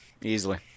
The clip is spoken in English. easily